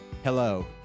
Hello